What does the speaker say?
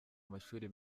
amashuri